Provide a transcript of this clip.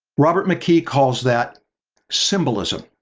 robert mckee calls that symbolism.